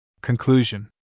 Conclusion